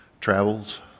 travels